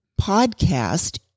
podcast